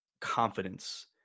confidence